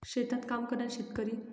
शेतात काम करणारे शेतकरी